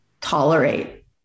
tolerate